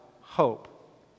hope